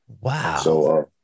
Wow